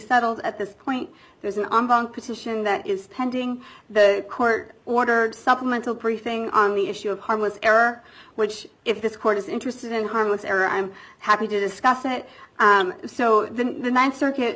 settled at this point there's an petition that is pending the court order supplemental prefixing on the issue of harmless error which if this court is interested in harmless error i'm happy to discuss it so the th circuit